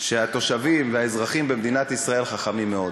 שהתושבים והאזרחים במדינת ישראל חכמים מאוד.